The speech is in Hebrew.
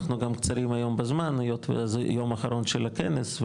אנחנו גם קצרים היום בזמן היות וזה יום אחרון של הכנס,